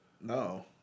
No